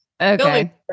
Okay